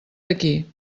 aquí